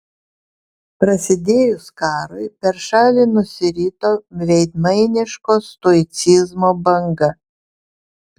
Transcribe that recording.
prasidėjus karui per šalį nusirito veidmainiško stoicizmo banga